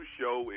show